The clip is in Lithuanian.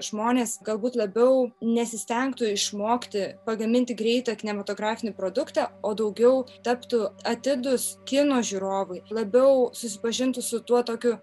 žmonės galbūt labiau nesistengtų išmokti pagaminti greitą kinematografinį produktą o daugiau taptų atidūs kino žiūrovui labiau susipažintų su tuo tokiu